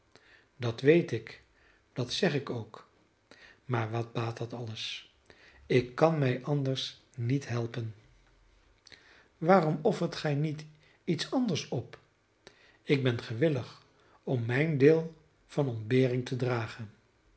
dat weet ik dat zeg ik ook maar wat baat dat alles ik kan mij anders niet helpen waarom offert gij niet iets anders op ik ben gewillig om mijn deel van ontbering te dragen